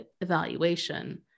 evaluation